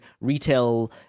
retail